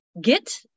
get